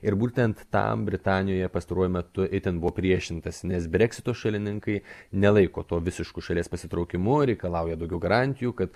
ir būtent tam britanijoje pastaruoju metu itin buvo priešintasi nes breksito šalininkai nelaiko to visišku šalies pasitraukimu reikalauja daugiau garantijų kad